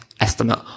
estimate